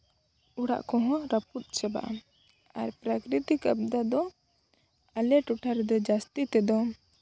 ᱚᱲᱟᱜ ᱠᱚᱦᱚᱸ ᱨᱟᱹᱯᱩᱫ ᱪᱟᱵᱟᱜᱼᱟ ᱟᱨ ᱯᱨᱟᱠᱨᱤᱛᱤᱠ ᱟᱵᱫᱟ ᱫᱚ ᱟᱞᱮ ᱴᱚᱴᱷᱟ ᱨᱮᱫᱚ ᱡᱟᱹᱥᱛᱤ ᱫᱚ